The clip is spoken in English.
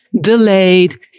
delayed